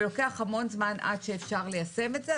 ולוקח המון זמן עד שאפשר ליישם את זה.